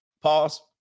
Pause